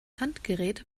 handgerät